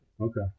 Okay